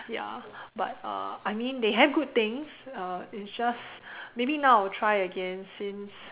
ya but uh I mean they have good things uh it's just maybe now I will try it again since